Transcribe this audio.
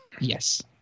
Yes